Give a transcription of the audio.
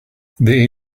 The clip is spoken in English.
they